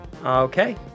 Okay